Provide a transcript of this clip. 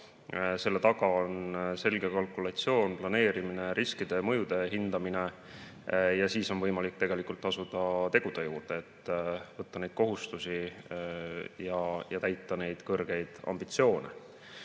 Selle taga on selge kalkulatsioon, planeerimine, riskide ja mõjude hindamine. Ja siis on võimalik asuda tegude juurde, võtta neid kohustusi ja täita neid kõrgeid ambitsioone.Me